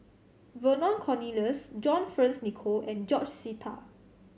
Vernon Cornelius John Fearns Nicoll and George Sita